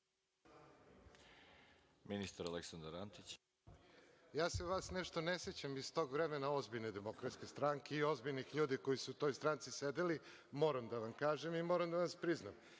**Aleksandar Antić** Ja se vas nešto ne sećam iz tog vremena ozbiljne DS i ozbiljnih ljudi koji su u toj stranci sedeli, moram da vam kažem i moram da vam priznam.